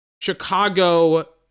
Chicago